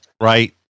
right